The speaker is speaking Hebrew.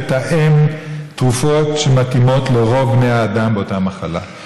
לתאם תרופות שמתאימות לרוב בני האדם באותה מחלה,